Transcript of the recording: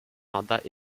mandats